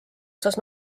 osas